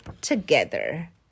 together